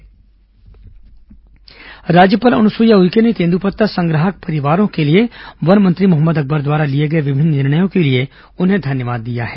राज्यपाल वन मंत्री धन्यवाद राज्यपाल अनुसुईया उइके ने तेंदूपत्ता संग्राहक परिवारों के लिए वन मंत्री मोहम्मद अकबर द्वारा लिए गए विभिन्न निर्णयों के लिए उन्हें धन्यवाद दिया है